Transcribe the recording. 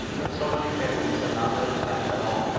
and so many families had not been attacked at all.